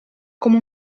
come